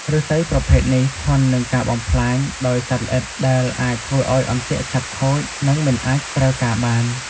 ឫស្សីប្រភេទនេះធន់នឹងការបំផ្លាញដោយសត្វល្អិតដែលអាចធ្វើឲ្យអន្ទាក់ឆាប់ខូចនិងមិនអាចប្រើការបាន។